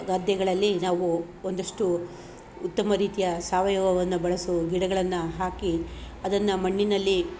ಗದ್ದೆಗಳಲ್ಲಿ ನಾವು ಒಂದಿಷ್ಟು ಉತ್ತಮ ರೀತಿಯ ಸಾವಯವವನ್ನು ಬಳಸಿ ಗಿಡಗಳನ್ನು ಹಾಕಿ ಅದನ್ನು ಮಣ್ಣಿನಲ್ಲಿ